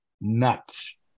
nuts